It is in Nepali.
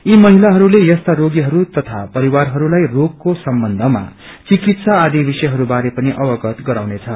यी महिलाहरूले यस्ता रोगीहरू तथा परिवारहरूलाई रोगको सम्बन्धमा चिकित्सा आदि विषयहरू बारे पनि अवगत गराउनेछ